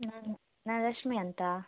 ನಾನು ನಾ ರಶ್ಮಿ ಅಂತ